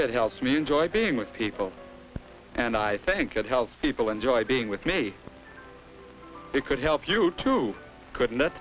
it helps me enjoy being with people and i think it helps people enjoy being with me it could help you to